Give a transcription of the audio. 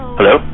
Hello